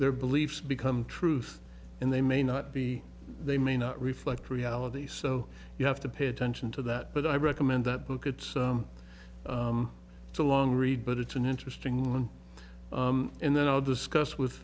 their beliefs become truth and they may not be they may not reflect reality so you have to pay attention to that but i recommend that book at some to long read but it's an interesting one and then i'll discuss with